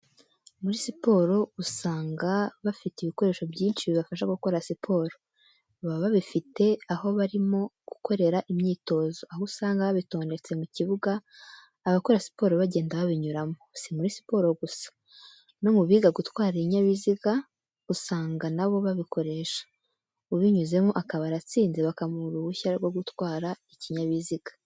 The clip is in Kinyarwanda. Muri siporo usanga bafite ibikoresho byinshi bibafasha gukora siporo, baba babifite aho barimo gukorera imyitozo, aho usanga babitondetse mu kibuga abakora siporo bagenda babinyuramo. Si muri siporo gusa no mu biga gutwara inyabiziga usanga na bo babikoresha, ubinyuzemo akaba aratsinze bakamuha uruhushya rwo gutwara ikinyabiziga.